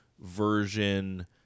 version